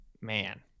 Man